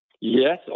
Yes